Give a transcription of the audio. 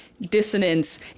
dissonance